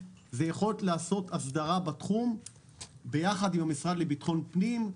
זה היכולת לעשות הסדרה בתחום ביחד עם המשרד לביטחון פנים.